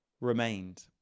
remained